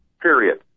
period